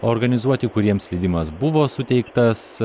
organizuoti kuriems leidimas buvo suteiktas